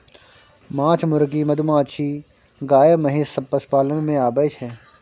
माछ, मुर्गी, मधुमाछी, गाय, महिष सब पशुपालन मे आबय छै